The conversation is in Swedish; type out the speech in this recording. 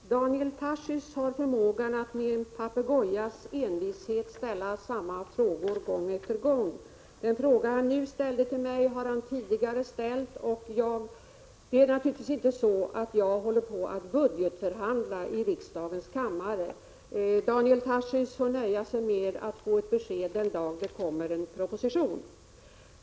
Herr talman! Daniel Tarschys har förmågan att med en papegojas envishet ställa samma frågor gång efter gång. Den fråga han nu ställde till mig har han tidigare ställt, och det är naturligtvis inte så att jag kan budgetförhandla i riksdagens kammare. Daniel Tarschys får nöja sig med att få ett besked den dag det kommer en proposition.